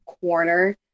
corner